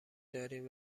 داریم